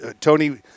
Tony